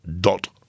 dot